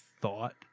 thought